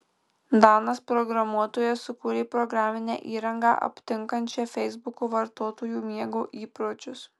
danas programuotojas sukūrė programinę įrangą aptinkančią feisbuko vartotojų miego įpročius